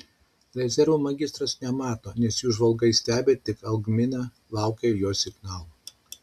rezervų magistras nemato nes jų žvalgai stebi tik algminą laukia jo signalų